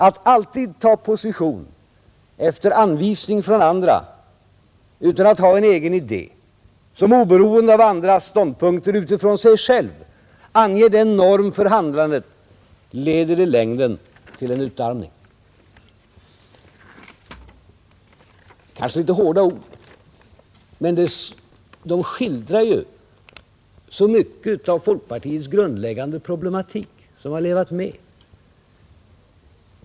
Att alltid ta position efter anvisning från andra utan att ha en egen idé, som oberoende av andras ståndpunkter utifrån sig själv anger en norm för handlandet, leder i längden till utarmning.” Det kanske är hårda ord, men de skildrar ju så mycket av folkpartiets grundläggande problematik som vi levat med.